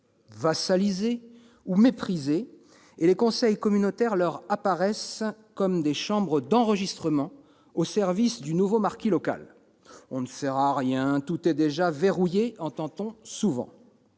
vassalisés ou méprisés, et les conseils communautaires leur apparaissent comme des chambres d'enregistrement air service du nouveau marquis local. « On ne sert à rien »,« tout est déjà verrouillé », entend-on souvent.